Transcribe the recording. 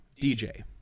DJ